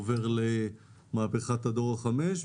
עובר למהפכת הדור החמש,